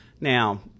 Now